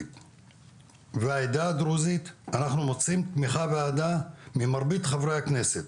אנחנו מוצאים תמיכה ואהדה ממרבית חברי הכנסת